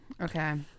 Okay